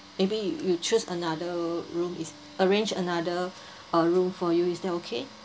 maybe you choose another room is arrange another uh room for you is that okay